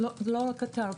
לא רק אתר,